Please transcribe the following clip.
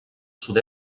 sud